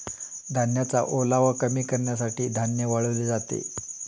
धान्याचा ओलावा कमी करण्यासाठी धान्य वाळवले जाते